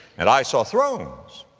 and i saw thrones,